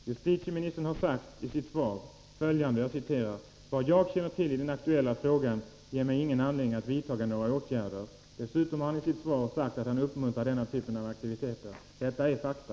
Herr talman! Justitieministern har i sitt svar sagt följande: ”Vad jag känner till i den aktuella frågan ger mig ingen anledning att vidta några åtgärder.” Dessutom har justitieministern i sitt svar sagt att han uppmuntrar denna typ av aktiviteter. Detta är fakta.